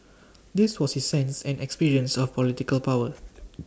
this was his sense and experience of political power